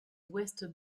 west